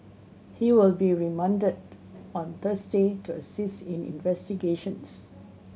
he will be remanded on Thursday to assist in investigations